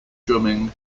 drumming